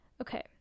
Okay